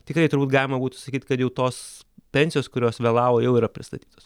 tikrai turbūt galima būtų sakyt kad jau tos pensijos kurios vėlavo jau yra pristatytos